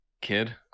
kid